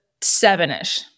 seven-ish